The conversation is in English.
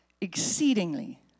exceedingly